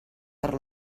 per